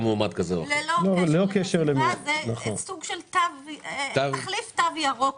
זה תחליף תו ירוק,